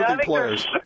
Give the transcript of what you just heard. players